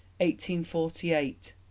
1848